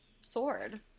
sword